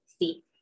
See